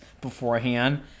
beforehand